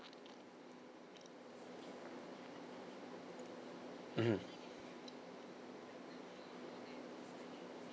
mmhmm